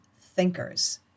thinkers